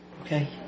Okay